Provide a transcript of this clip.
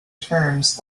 terms